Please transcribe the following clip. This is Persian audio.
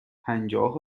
پنجاه